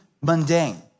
mundane